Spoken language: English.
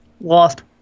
lost